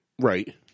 Right